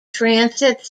transit